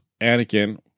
Anakin